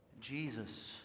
Jesus